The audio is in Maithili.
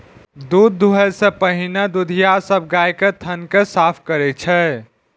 दूध दुहै सं पहिने दुधिया सब गाय के थन कें साफ करै छै